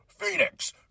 Phoenix